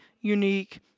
unique